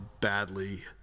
badly